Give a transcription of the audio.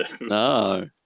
No